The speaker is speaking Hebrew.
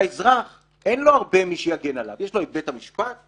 לאזרח אין הרבה מי שיגן עליו יש לו בית המשפט,